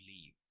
leave